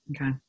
Okay